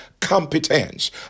competence